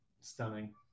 Stunning